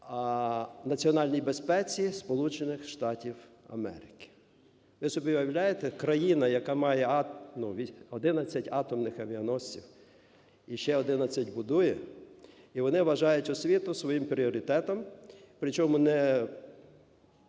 Штатів Америки". Ви собі уявляєте: країна, яка має 11 атомних авіаносців, і ще 11 будує, і вони вважають освіту своїм пріоритетом,